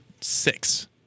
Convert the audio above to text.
six